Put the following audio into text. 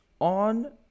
on